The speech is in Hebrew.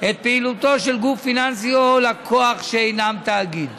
את פעילותו של גוף פיננסי או לקוח שאינם תאגיד.